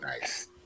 nice